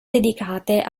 dedicate